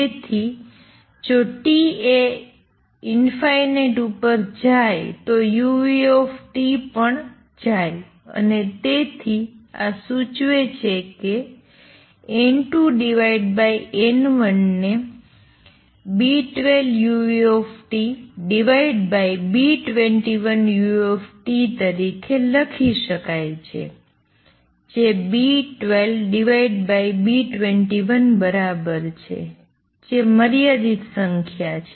તેથી જો t એ ઉપર જાય તો uT પણ જાય અને તેથી આ સૂચવે છે કે N2N1 ને B12uTB21uT તરીકે લખી શકાય છે જે B12B21 બરાબર છે જે મર્યાદિત સંખ્યા છે